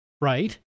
right